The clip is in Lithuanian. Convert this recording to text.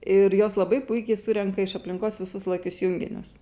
ir jos labai puikiai surenka iš aplinkos visus lakius junginius